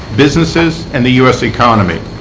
businesses, and the u s. economy.